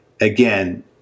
again